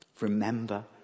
Remember